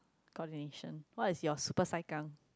coordination what is your super saikang